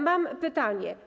Mam pytanie.